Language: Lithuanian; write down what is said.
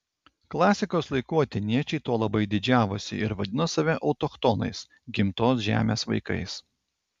klasikos laikų atėniečiai tuo labai didžiavosi ir vadino save autochtonais gimtos žemės vaikais